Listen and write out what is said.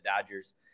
Dodgers